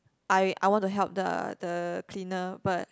I I want to help the the cleaner but